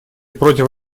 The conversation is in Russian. против